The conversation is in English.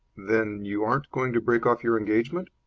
then you aren't going to break off your engagement?